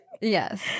Yes